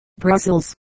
Brussels